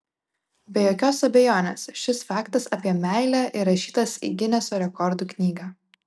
be jokios abejonės šis faktas apie meilę įrašytas į gineso rekordų knygą